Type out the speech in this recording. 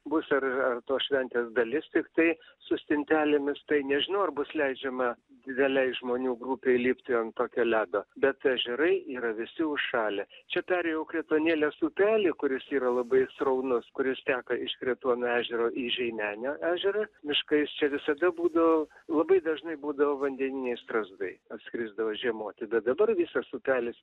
bus ar ar tos šventės dalis tiktai su stintelėmis tai nežinau ar bus leidžiama didelei žmonių grupei lipti ant tokio ledo bet ežerai yra visi užšalę čia perėjau kretuonėlės upelį kuris yra labai sraunus kuris teka iš kretuono ežero į žeimenio ežerą miškais čia visada būdavo labai dažnai būdavo vandeniniai strazdai atskrisdavo žiemoti bet dabar visas upelis